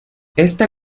esta